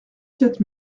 quatre